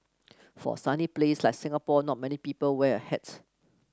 for a sunny place like Singapore not many people wear a hat